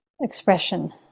expression